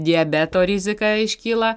diabeto rizika iškyla